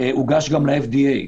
הוגש גם ל-FDA.